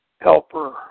helper